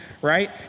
right